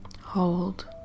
hold